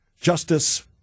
Justice